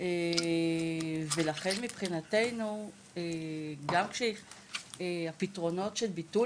ולכן מבחינתנו גם הפתרונות של ביטול